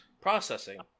Processing